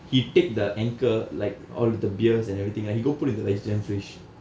he take the anchor like all the beers and everything right he go and put in the vegetarian fridge